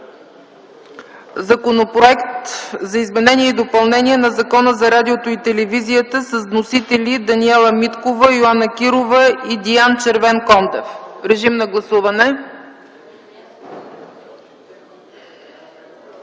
Законопроекта за изменение и допълнение на Закона за радиото и телевизията с вносители Даниела Миткова, Йоана Кирова и Диан Червенкондев. Моля, гласувайте.